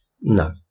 No